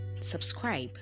subscribe